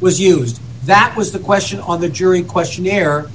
was used that was the question on the jury questionnaire on